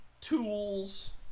tools